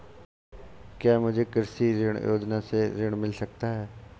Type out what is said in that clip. क्या मुझे कृषि ऋण योजना से ऋण मिल सकता है?